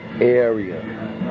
area